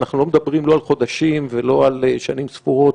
אנחנו לא מדברים לא על חודשים ולא על שנים ספורות,